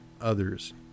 others